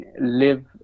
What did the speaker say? live